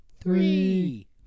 three